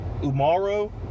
Umaro